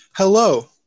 Hello